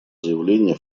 заявление